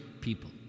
people